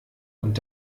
und